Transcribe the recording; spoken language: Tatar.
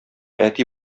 әти